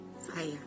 Fire